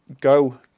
go